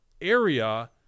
area